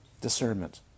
Discernment